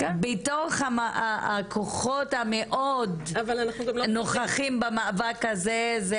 בתוך הכוחות המאוד נוכחים במאבק הזה,